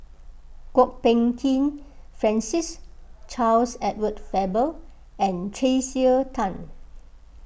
Kwok Peng Kin Francis Charles Edward Faber and Tracey Tan